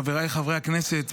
חבריי חברי הכנסת,